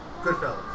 Goodfellas